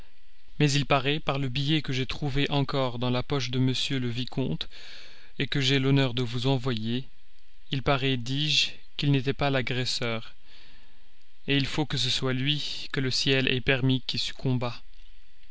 mais il paraît par le billet que j'ai trouvé encore dans la poche de m le vicomte que j'ai l'honneur de vous envoyer il paraît dis-je qu'il n'était pas l'agresseur et il faut que ce soit lui que le ciel ait permis qui succombât